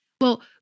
Well-